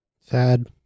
Sad